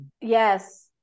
Yes